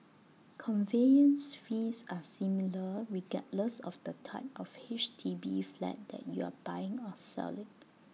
conveyance fees are similar regardless of the type of H D B flat that you are buying or selling